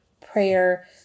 prayer